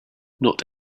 not